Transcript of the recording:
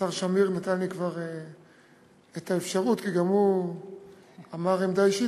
השר שמיר נתן לי כבר את האפשרות כי גם הוא אמר עמדה אישית,